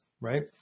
right